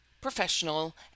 professional